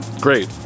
great